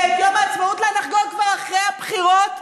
שאת יום העצמאות לה נחגוג כבר אחרי הבחירות,